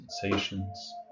sensations